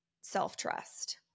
self-trust